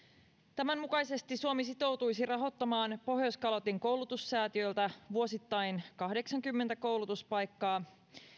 tämän mukaisesti suomi sitoutuisi rahoittamaan pohjoiskalotin koulutussäätiöltä vuosittain kahdeksankymmentä koulutuspaikkaa